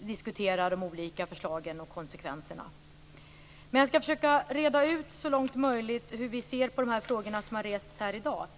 diskutera de olika förslagen och konsekvenserna av dem. Men jag skall så långt möjligt försöka att reda ut hur vi ser på de frågor som har rests här i dag.